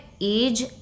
age